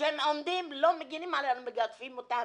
הם לא מגינים עלינו, אלא מגדפים אותנו,